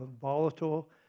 volatile